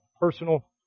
personal